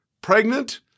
Pregnant